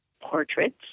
portraits